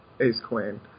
ace-queen